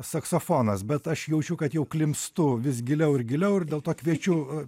saksofonas bet aš jaučiu kad jau klimpstu vis giliau ir giliau ir dėl to kviečiu